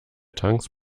tanks